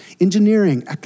engineering